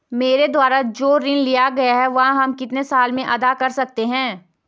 मेरे द्वारा जो ऋण लिया गया है वह हम कितने साल में अदा कर सकते हैं?